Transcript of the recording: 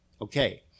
Okay